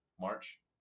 March